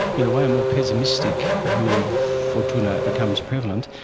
in a way a more pessimistic view of fortuna becomes prevalent,